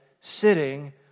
sitting